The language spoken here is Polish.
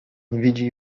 widzi